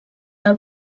del